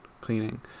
cleaning